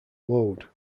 load